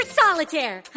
solitaire